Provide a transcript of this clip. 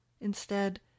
Instead